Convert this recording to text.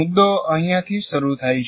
મુદ્દો આહિયાથી શરુ થાય છે